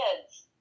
kids